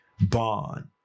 bond